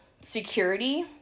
security